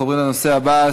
אנחנו עוברים לנושא הבא,